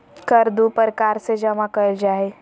कर दू प्रकार से जमा कइल जा हइ